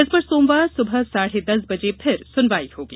इस पर सोमवार सुबह साढ़े दस बजे फिर सुनवाई होगी